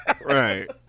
Right